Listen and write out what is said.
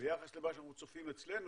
ביחס למה שאנחנו צופים אצלנו.